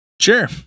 Sure